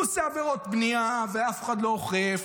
הוא עושה עבירות בנייה ואף אחד לא אוכף.